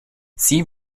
sie